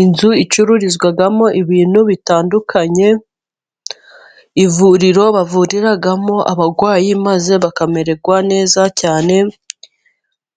Inzu icururizwamo ibintu bitandukanye, ivuriro bavuriramo abarwayi maze bakamererwa neza cyane,